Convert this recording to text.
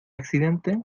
accidente